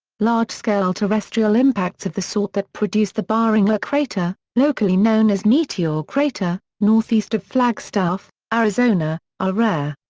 large-scale terrestrial impacts of the sort that produced the barringer crater, locally known as meteor crater, northeast of flagstaff, arizona, are rare.